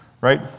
right